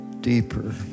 deeper